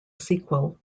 sequel